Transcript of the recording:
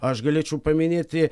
aš galėčiau paminėti